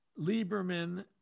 lieberman